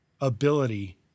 ability